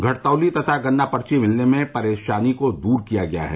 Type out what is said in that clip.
घटतौली तथा गन्ना पर्ची मिलने में परेशानी को दूर किया गया है